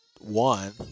one